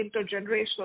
intergenerational